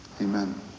Amen